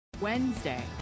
wednesday